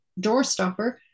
doorstopper